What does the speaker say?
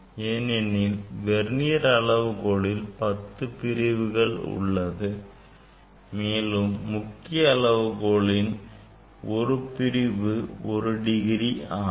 ஏனெனில் வெர்னியர் அளவுகோலில் பத்துப் பிரிவுகள் உள்ளது மேலும் முக்கிய அளவுகோலின் ஒரு பிரிவு ஒரு டிகிரி ஆகும்